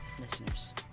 listeners